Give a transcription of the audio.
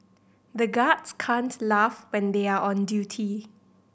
the guards can't laugh when they are on duty